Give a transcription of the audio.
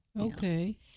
Okay